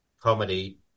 comedy